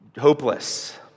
hopeless